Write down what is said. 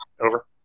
Over